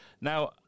Now